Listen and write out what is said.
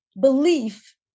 belief